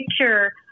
picture